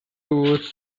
tours